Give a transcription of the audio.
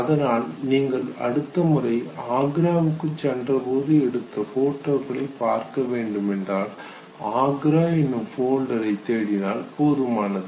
அதனால் நீங்கள் அடுத்த முறை ஆக்ராவுக்கு சென்றபோது எடுத்த போட்டோக்களை பார்க்க வேண்டுமென்றால் ஆக்ரா எனும் ஃபோல்டரை தேடினால் போதுமானது